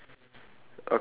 just to make sure